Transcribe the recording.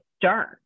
start